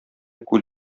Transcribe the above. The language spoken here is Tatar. күл